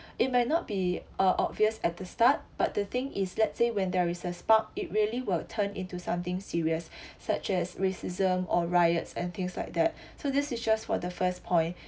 it might not be uh obvious at the start but the thing is let's say when there is a spark it really will turn into something serious such as racism or riots and things like that so this is just for the first point